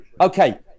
Okay